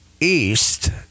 east